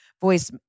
voice